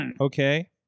Okay